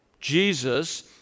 Jesus